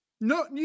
No